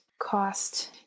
cost